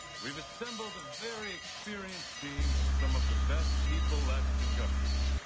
we have assembled a very experienced team of some of the best people left in government.